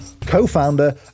co-founder